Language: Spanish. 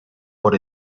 por